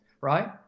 right